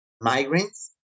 migrants